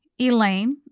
Elaine